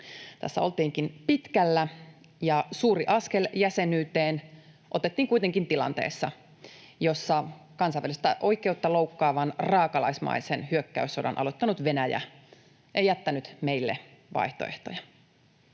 Tässä oltiinkin pitkällä, ja suuri askel jäsenyyteen otettiin kuitenkin tilanteessa, jossa kansainvälistä oikeutta loukkaavan, raakalaismaisen hyökkäyssodan aloittanut Venäjä ei jättänyt meille vaihtoehtoja.